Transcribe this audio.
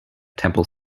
temple